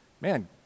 man